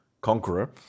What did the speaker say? conqueror